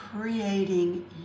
creating